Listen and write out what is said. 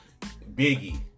Biggie